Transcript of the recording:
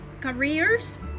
careers